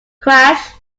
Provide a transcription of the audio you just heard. crash